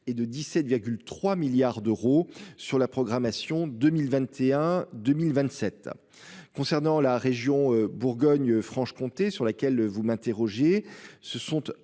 et de 17 3 milliards d'euros sur la programmation 2021 2027 concernant la région Bourgogne Franche-Comté sur laquelle vous m'interrogez, ce sont 1,49